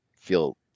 feel